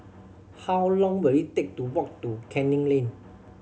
how long will it take to walk to Canning Lane